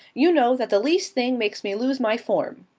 you know that the least thing makes me lose my form.